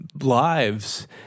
lives